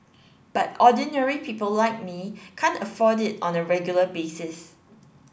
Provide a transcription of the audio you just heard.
but ordinary people like me can't afford it on a regular basis